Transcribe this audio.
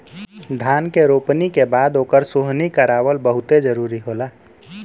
धान के रोपनी के बाद ओकर सोहनी करावल बहुते जरुरी होला